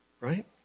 right